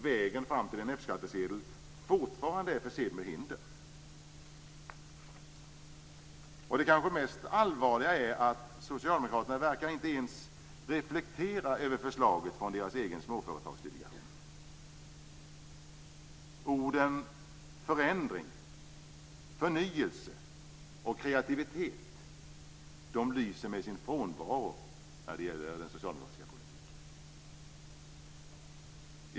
Vägen fram till en F-skattsedel är fortfarande försedd med hinder. Det kanske mest allvarliga är att Socialdemokraterna inte ens verkar reflektera över förslaget från den egna Småföretagsdelegationen. Orden "förändring", "förnyelse" och "kreativitet" lyser med sin frånvaro när det gäller den socialdemokratiska politiken.